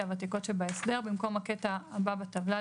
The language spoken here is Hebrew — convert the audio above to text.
הוותיקות שבהסדר במקום הקטע הבא בטבלה,